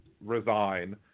resign